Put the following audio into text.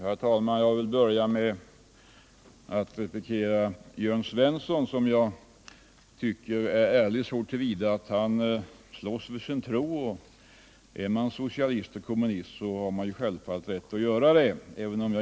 Herr talman! Jag vill börja med att replikera Jörn Svensson, som jag tycker är ärlig så till vida att han slåss för sin tro. Är man socialist och kommunist, har man självfallet rätt att göra det.